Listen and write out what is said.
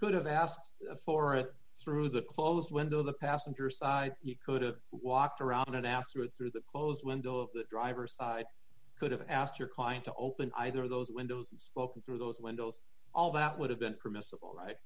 could have asked for a through the closed window on the passenger side he could have walked around in an asteroid through the closed window of the driver's could have asked your client to open either of those windows spoken through those windows all that would have been permissible